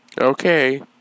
Okay